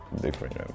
different